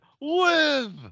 live